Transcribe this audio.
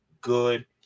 good